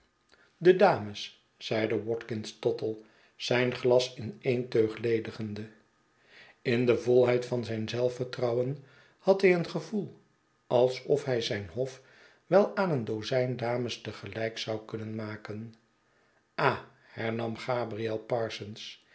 de dames zeide watkins tottle zijn glas in en teug ledigende in de volheid van zijn zelf vertrouwen had hij een gevoel alsof hij zijn hof wel aan een dozijn dames tegelijk zoukunnen maken ah hernam gabriel parsons